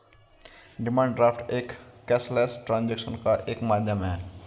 demand draft एक cashless transaction का एक माध्यम है